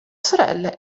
sorelle